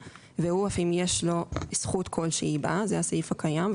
והוא אף אם יש לו זכות כלשהי בה" זה הסעיף הקיים.